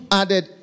added